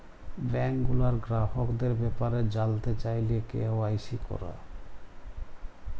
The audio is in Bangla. ব্যাংক গুলার গ্রাহকদের ব্যাপারে জালতে চাইলে কে.ওয়াই.সি ক্যরা